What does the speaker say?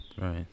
Right